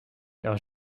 leurs